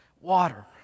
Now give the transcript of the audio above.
water